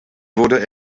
wurde